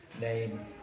name